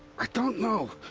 i don't know!